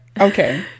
Okay